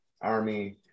Army